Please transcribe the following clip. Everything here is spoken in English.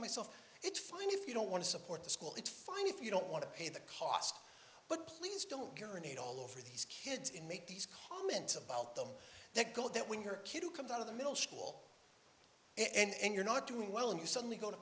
to myself it's fine if you don't want to support the school it's fine if you don't want to pay the cost but please don't guaranteed all over these kids in make these comments about them that go that when your kid who comes out of the middle school and you're not doing well and you suddenly go